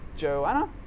Joanna